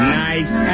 nice